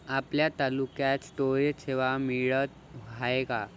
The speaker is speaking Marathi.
आपल्या तालुक्यात स्टोरेज सेवा मिळत हाये का?